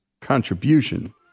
contribution